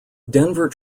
denver